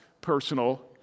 personal